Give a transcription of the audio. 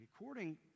according